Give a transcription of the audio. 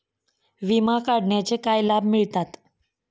विमा काढण्याचे काय लाभ मिळतात?